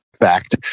fact